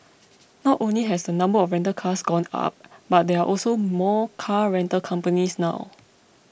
not only has the number of rental cars gone up but there are also more car rental companies now